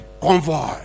convoy